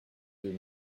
deux